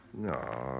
No